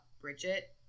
Bridget